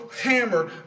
hammer